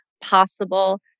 possible